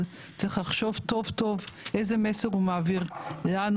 צריך לחשוב טוב טוב איזה מסר הוא מעביר לנו,